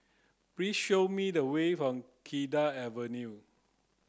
please show me the way for Cedar Avenue